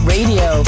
Radio